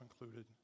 included